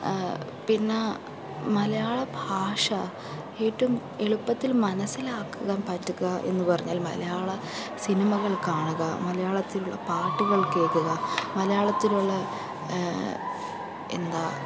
പിന്നെ മലയാള ഭാഷ ഏറ്റവും എളുപ്പത്തിൽ മനസിലാക്കാൻ പറ്റുക എന്ന് പറഞ്ഞാൽ മലയാള സിനിമകൾ കാണുക മലയാളത്തിലുള്ള പാട്ടുകൾ കേൾക്കുക മലയാളത്തിലുള്ള എന്താ